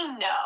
no